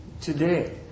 today